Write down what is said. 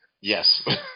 Yes